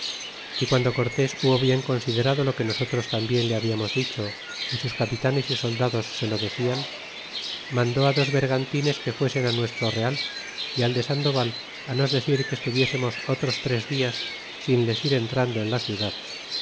y guando cortés hubo bien considerado lo que nosotros tambien le hablamos diebo y sus capitanes y soldados se lo decian mandó dos bergantines que fuesen nuestro real y al de sandoval nos decir que estuviésemos otros tres dias sin les ir entrando en la ciudad